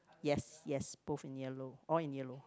yes yes both in yellow all in yellow